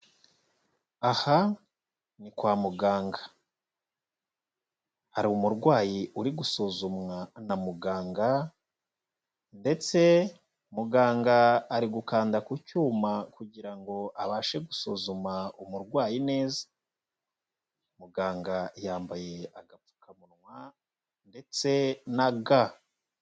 Aha ni kwa muganga hari umurwayi uri gusuzumwa na muganga ndetse muganga ari gukanda ku cyuma kugira ngo abashe gusuzuma umurwayi neza, muganga yambaye agapfukamunwa ndetse na ga.